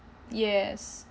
yes